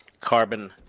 carbon